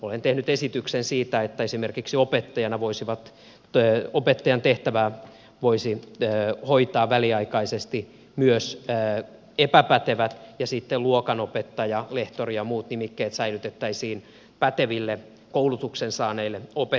olen tehnyt esityksen siitä että esimerkiksi opettajan tehtävää voisivat hoitaa väliaikaisesti myös epäpätevät ja sitten luokanopettaja lehtori ja muut nimikkeet säilytettäisiin päteville koulutuksen saaneille opettajille